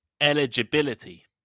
Eligibility